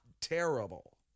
terrible